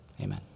Amen